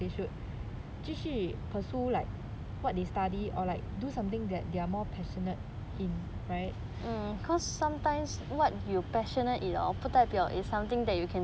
should 继续 pursue like what they study or like do something that they're more passionate in right